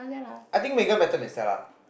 I think Megan better than Stella